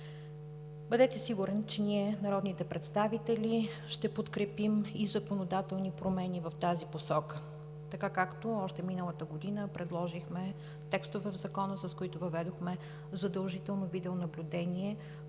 Бъдете сигурен, че ние, народните представители, ще подкрепим и законодателни промени в тази посока, така както още миналата година предложихме текстове в закона, с които въведохме задължително видеонаблюдение